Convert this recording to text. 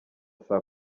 saa